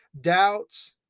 doubts